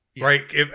right